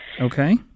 Okay